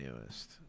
newest